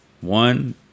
one